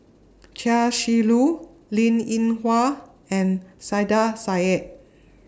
Chia Shi Lu Linn in Hua and Saiedah Said